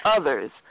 others